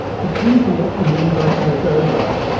depends on what you mean by take over.